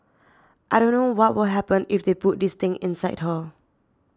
I don't know what will happen if they put this thing inside her